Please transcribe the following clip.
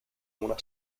una